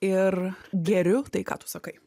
ir geriu tai ką tu sakai